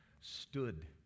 stood